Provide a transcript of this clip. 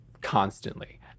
constantly